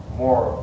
more